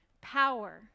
power